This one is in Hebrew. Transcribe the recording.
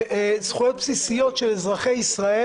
בזכויות בסיסיות של אזרחי ישראל